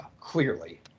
clearly